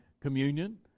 communion